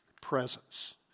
presence